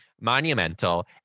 monumental